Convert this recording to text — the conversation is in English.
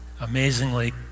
amazingly